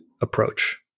approach